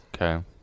Okay